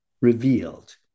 revealed